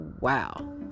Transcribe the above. Wow